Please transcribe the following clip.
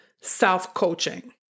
self-coaching